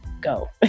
go